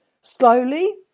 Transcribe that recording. Slowly